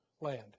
land